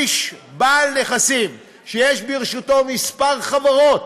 איש בעל נכסים, שיש ברשותו כמה חברות